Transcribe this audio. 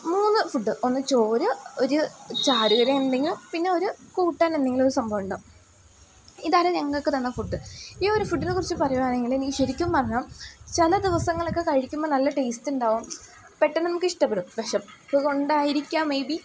മൂന്ന് ഫുഡ് ഒന്ന് ചോറ് ഒരു ചാറുകറി എന്തെങ്കിലും പിന്നെ ഒരു കൂട്ടാൻ എന്തെങ്കിലും ഒരു സംഭവമുണ്ടാവും ഇതാണ് ഞങ്ങൾക്ക് തന്ന ഫുഡ് ഈ ഒരു ഫുഡിനെക്കുറിച്ച് പറയുകയാണെങ്കിൽ ഇനി ശരിക്കും പറഞ്ഞാൽ ചില ദിവസങ്ങളൊക്കെ കഴിക്കുമ്പോൾ നല്ല ടേസ്റ്റ് ഉണ്ടാവും പെട്ടെന്ന് നമുക്കിഷ്ടപ്പെടും വിശപ്പ് കൊണ്ടായിരിക്കാം മേ ബി